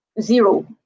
zero